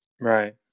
Right